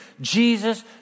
Jesus